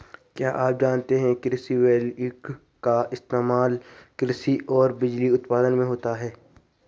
क्या आप जानते है कृषि वोल्टेइक का इस्तेमाल कृषि और बिजली उत्पादन में होता है?